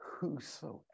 Whosoever